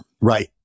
Right